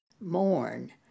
mourn